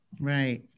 Right